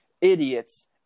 idiots